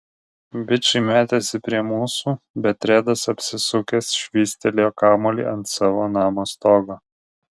bičai metėsi prie mūsų bet redas apsisukęs švystelėjo kamuolį ant savo namo stogo